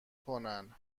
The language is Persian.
کنن